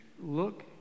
look